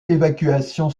évacuation